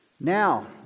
Now